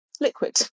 liquid